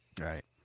Right